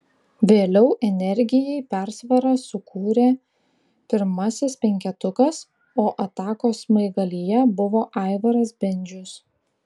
vėliau energijai persvarą sukūrė pirmasis penketukas o atakos smaigalyje buvo aivaras bendžius